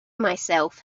myself